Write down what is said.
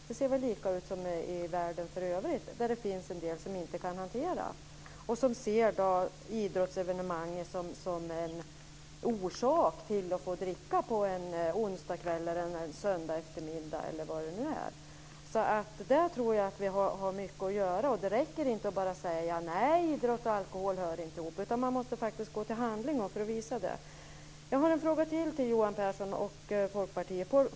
Det ser väl lika ut som för världen i övrigt där det finns en del som inte kan hantera alkohol och som ser idrottsevenemang som en orsak till att få dricka på en onsdagkväll eller söndageftermiddag. Där har vi mycket att göra. Det räcker inte med att säga att idrott och alkohol inte hör ihop. Man måste faktiskt gå till handling för att visa det. Jag har en fråga till till Johan Pehrson och Folkpartiet.